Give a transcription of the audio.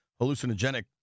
hallucinogenic